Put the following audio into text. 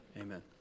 amen